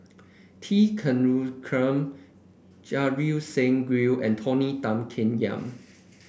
T Kulasekaram Ajit Singh Gill and Tony Tan Keng Yam